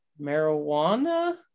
Marijuana